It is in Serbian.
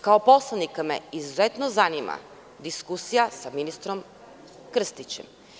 Kao poslanika me izuzetno zanima diskusija sa ministrom Krstićem.